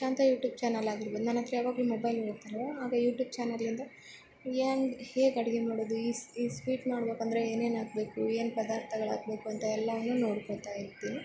ಶಾಂತ YouTube channel ಆಗಿರ್ಬೋದು ನನ್ನಹತ್ರ ಯಾವಾಗ್ಲೂ ಮೊಬೈಲ್ ಇರುತ್ತಲ್ವ ಆಗ ಯೂಟ್ಯೂಬ್ ಚಾನಲಿಂದ ಹೆಂಗ್ ಹೇಗೆ ಅಡಿಗೆ ಮಾಡೋದು ಈ ಸ್ವೀಟ್ ಮಾಡ್ಬೇಕಂದ್ರೆ ಏನೇನು ಹಾಕ್ಬೇಕು ಏನು ಪದಾರ್ಥಗಳ್ ಹಾಕ್ಬೇಕು ಅಂತ ಎಲ್ಲಾ ನೋಡ್ಕೊತ ಇರ್ತೀನಿ